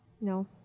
no